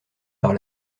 par